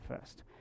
first